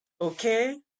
okay